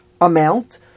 amount